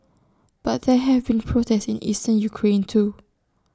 but there have been protests in eastern Ukraine too